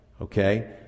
Okay